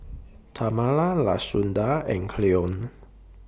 Tamala Lashunda and Cleone